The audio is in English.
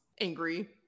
angry